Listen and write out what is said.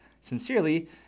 Sincerely